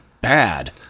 bad